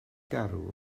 garw